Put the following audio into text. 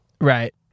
Right